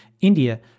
India